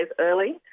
early